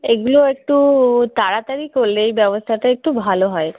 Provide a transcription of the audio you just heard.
এগুলো একটু তাড়াতাড়ি করলে এই ব্যবস্থাটা একটু ভালো হয়